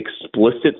explicit